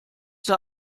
der